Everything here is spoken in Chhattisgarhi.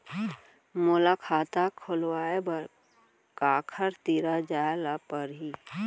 मोला खाता खोलवाय बर काखर तिरा जाय ल परही?